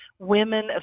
Women